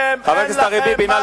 חבר הכנסת אריה ביבי, נא לסיים.